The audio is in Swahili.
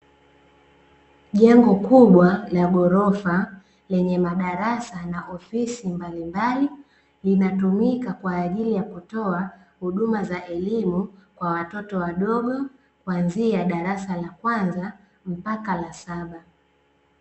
Jengo kubwa la ghorofa lenye madarasa na ofisi mbali mbali, linatumika kwa ajili ya kutoa huduma za elimu kwa watoto wadogo, kwanzia darasa la kwanza mpaka la saba.